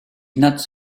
nuts